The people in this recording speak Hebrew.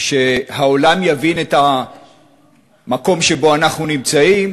שהעולם יבין את המקום שבו אנחנו נמצאים,